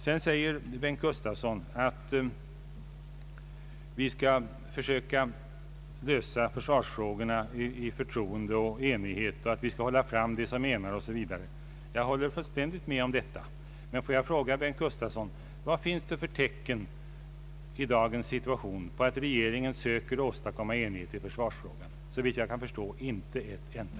Sedan säger herr Bengt Gustavsson att vi skall försöka lösa försvarsfrågorna i förtroende och enighet, att vi skall hålla fram vad som enar oss osv. Jag håller fullständigt med om detta. Men låt mig fråga Bengt Gustavsson: Vad finns det i dagens situation för tecken på att regeringen söker åstadkomma enighet i försvarsfrågan? Såvitt jag kan förstå inte ett enda.